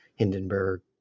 Hindenburg